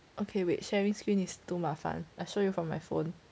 okay wait sharing screen is too 麻烦 I show you from my phone